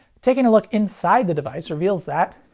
taking a look inside the device reveals that,